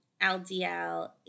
LDL